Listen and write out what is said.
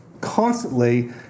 constantly